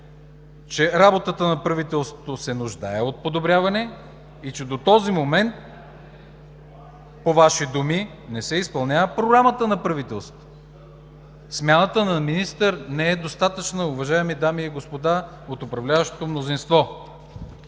че работата на правителството се нуждае от подобряване и че до този момент по Ваши думи не се изпълнява Програмата на правителството. Смяната на министър не е достатъчна, уважаеми дами и господа от управляващото мнозинство.